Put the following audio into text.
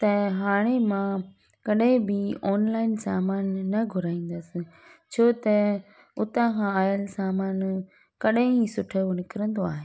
त हाणे मां कॾहिं बि ऑनलाइन सामान न घुराईंदसि छो त उतां खां आयल सामान कॾहिं ई सुठो निकरंदो आहे